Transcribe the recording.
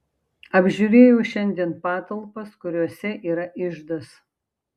apžiūrėjau šiandien patalpas kuriose yra iždas